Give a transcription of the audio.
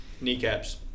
Kneecaps